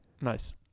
Nice